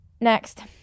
next